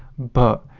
but,